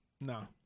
No